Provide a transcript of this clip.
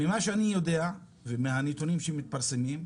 ממה שאני יודע ומהנתונים שמתפרסמים,